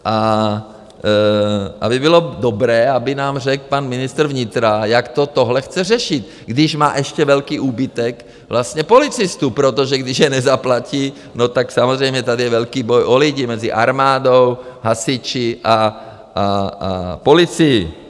A bylo by dobré, aby nám řekl pan ministr vnitra, jak tohle chce řešit, když má ještě velký úbytek vlastně policistů, protože když je nezaplatí, tak samozřejmě tady je velký boj o lidi mezi armádou, hasiči a policií.